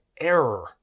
error